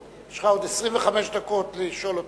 יש לך עוד 25 דקות לשאול אותו,